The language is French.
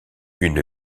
une